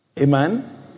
Amen